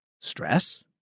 Stress